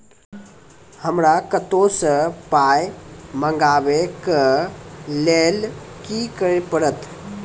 हमरा कतौ सअ पाय मंगावै कऽ लेल की करे पड़त?